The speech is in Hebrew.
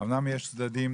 אומנם יש צדדים